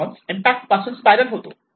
response impact पासून spiral होतो